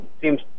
seems